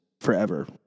forever